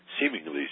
seemingly